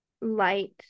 light